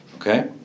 okay